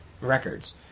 records